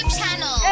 channel